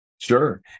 Sure